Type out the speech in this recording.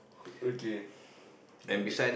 quickly